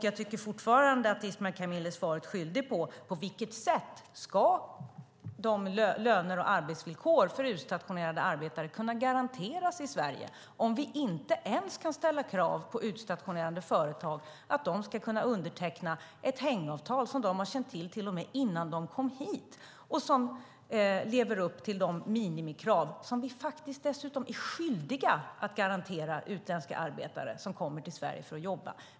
Jag tycker att Ismail Kamil fortfarande är svaret skyldig när det gäller på vilket sätt löner och arbetsvillkor för utstationerade arbetade ska kunna garanteras i Sverige, om vi inte ens kan ställa krav på att utstationerade företag ska kunna underteckna ett hängavtal som de känt till redan innan de kom hit, som uppfyller de minimikrav som vi ju är skyldiga att garantera utländska arbetare som kommer till Sverige för att jobba.